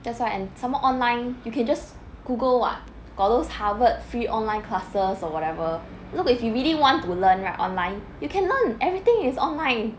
that's why and some more online you can just google [what] got those harvard free online classes or whatever look if you really want to learn right online you can learn everything is online